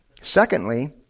Secondly